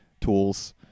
tools